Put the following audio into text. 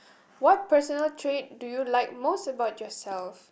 what personal trait do you like most about yourself